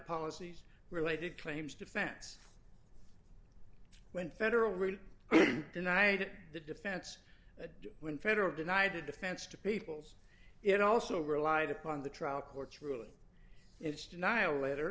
policies related claims defense when federal relief denied the defense when federal denied the defense to peoples it also relied upon the trial court's ruling its denial letter